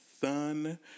son